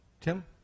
Tim